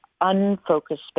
unfocused